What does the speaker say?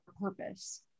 purpose